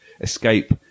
escape